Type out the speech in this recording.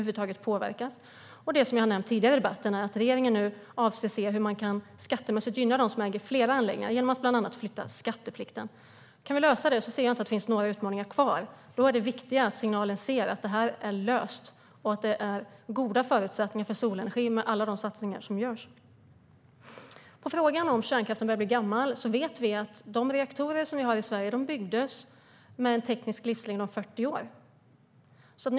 Som jag nämnt tidigare i debatten avser regeringen att se hur man kan gynna dem som äger flera anläggningar genom att bland annat flytta skatteplikten. Kan vi lösa detta ser jag inte att det finns några utmaningar kvar. Den viktiga signalen är att det är löst och att det finns goda förutsättningar för solenergi med alla de satsningar som görs. Vad gäller att kärnkraften börjar bli gammal vet vi att de reaktorer vi har i Sverige byggdes med en teknisk livslängd på 40 år.